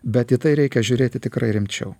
bet į tai reikia žiūrėti tikrai rimčiau